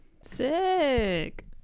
Sick